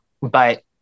but-